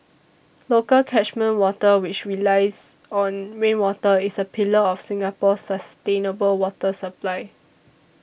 local catchment water which relies on rainwater is a pillar of Singapore's sustainable water supply